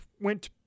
went